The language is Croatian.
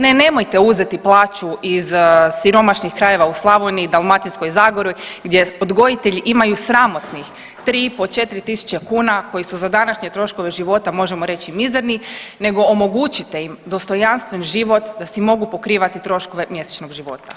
Ne nemojte uzeti plaću iz siromašnih krajeva u Slavoniji, Dalmatinskoj zagori gdje odgojitelji imaju sramotnih 3,5, 4.000 kune koji su za današnje troškove života možemo reći mizerni nego omogućite im dostojanstven život da si mogu pokrivati troškove mjesečnog života.